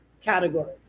category